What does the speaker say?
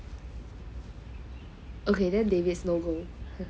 okay then david no go